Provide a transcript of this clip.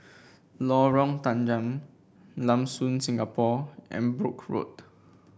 Lorong Tanggam Lam Soon Singapore and Brooke Road